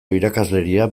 irakasleria